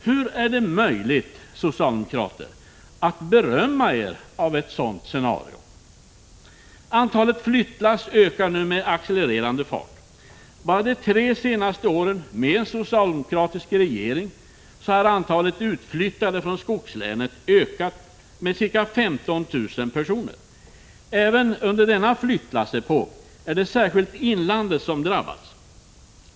Hur är det möjligt för er socialdemokrater att berömma er av ett sådant scenario? Antalet flyttlass ökar nu med accelererande fart. Bara de senaste tre åren — med socialdemokratisk regering — har antalet utflyttade från skogslänen ökat med ca 15 000 personer. Även under denna flyttlassepok är det särskilt inlandet som drabbats.